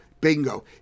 bingo